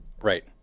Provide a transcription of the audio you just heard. Right